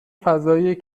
فضایی